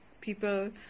people